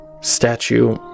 statue